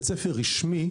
בית ספר רשמי,